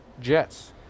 Jets